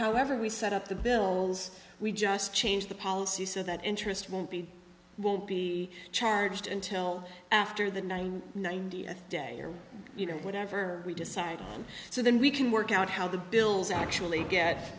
however we set up the bills we just change the policy so that interest won't be will be charged until after the nine ninety day or you know whatever we decide so then we can work out how the bills actually get